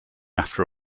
after